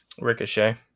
Ricochet